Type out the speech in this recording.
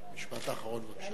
משפט אחרון, בבקשה.